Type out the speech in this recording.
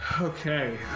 Okay